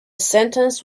sentence